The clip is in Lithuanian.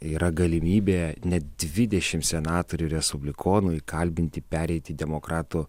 yra galimybė net dvidešim senatorių respublikonų įkalbinti pereit į demokratų